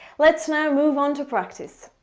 let's now move on to practice.